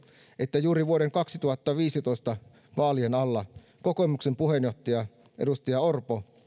että juuri vuoden kaksituhattaviisitoista vaalien alla kokoomuksen puheenjohtaja edustaja orpo